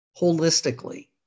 holistically